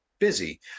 busy